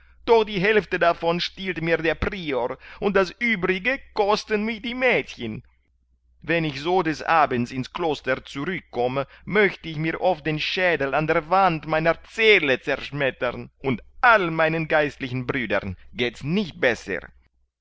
doch die hälfte davon stiehlt mir der prior und das uebrige kosten mich die mädchen wenn ich so des abends ins kloster zurückkomme möcht ich mir oft den schädel an der wand meiner zelle zerschmettern und all meinen geistlichen brüdern geht's nicht besser